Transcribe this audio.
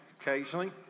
occasionally